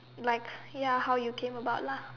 like ya how you came about lah